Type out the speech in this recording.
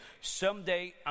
Someday